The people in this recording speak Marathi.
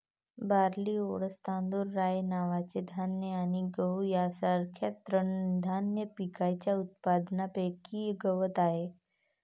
बार्ली, ओट्स, तांदूळ, राय नावाचे धान्य आणि गहू यांसारख्या तृणधान्य पिकांच्या उत्पादनापैकी गवत आहे